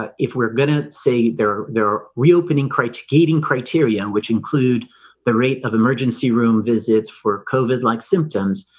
ah if we're gonna say they're they're reopening criteriating criteria which include the rate of emergency room visits for covet-like symptoms?